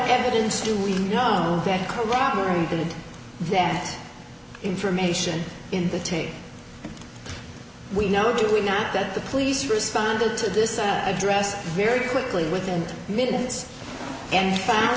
evidence do we know that corroborated that information in the take we know do we not that the police responded to this an address very quickly within minutes and